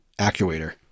actuator